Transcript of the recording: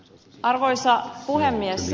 arvoisa puhemies